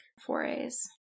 forays